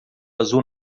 azul